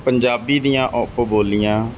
ਪੰਜਾਬੀ ਦੀਆਂ ਉਪ ਬੋਲੀਆਂ